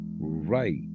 right